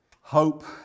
hope